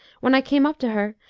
when i came up to her,